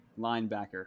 Linebacker